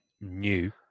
new